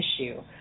issue